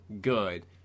good